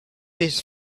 his